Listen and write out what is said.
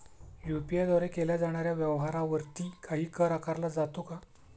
UPI द्वारे केल्या जाणाऱ्या व्यवहारावरती काही कर आकारला जातो का?